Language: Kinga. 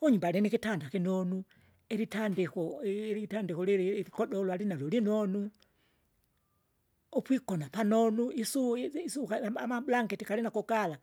kunyumba alinikitanda kinonu, ilitandiko i- ilitandiko lila ilikodolo alinalo linonu, upwigona panonu isu izi isu kala amablanketi galinako gala.